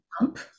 pump